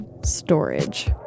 storage